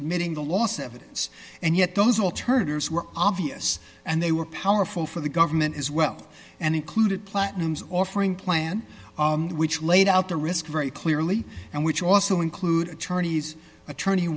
admitting the loss evidence and yet those alternatives were obvious and they were powerful for the government as well and included platinums offering plan which laid out the risk very clearly and which also include attorneys tourney